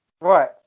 Right